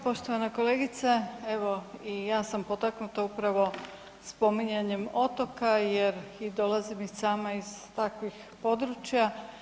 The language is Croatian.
Poštovana kolegice, evo i ja sam potaknuta upravo spominjanjem otoka jer dolazim i sama iz takvih područja.